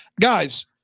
Guys